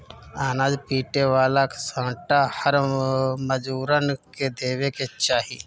अनाज पीटे वाला सांटा हर मजूरन के देवे के चाही